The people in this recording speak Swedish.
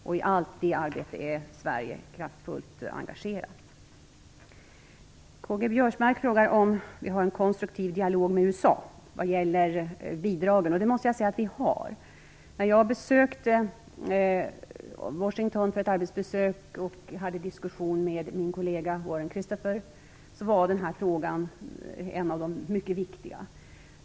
I detta arbete är Sverige kraftfullt engagerat. Karl-Göran Biörsmark frågade om vi har en konstruktiv dialog med USA vad gäller bidragen. Det måste jag säga att vi har. När jag gjorde ett arbetsbesök i Washington och hade en diskussion med min kollega Warren Christopher var denna fråga en av de mycket viktiga.